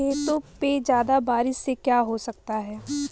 खेतों पे ज्यादा बारिश से क्या हो सकता है?